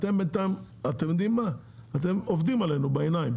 זה לעבוד עלינו בעיניים,